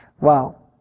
Wow